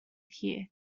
here